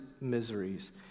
miseries